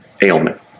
ailment